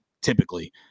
typically